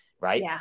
Right